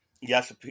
Yes